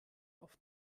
auf